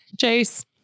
Chase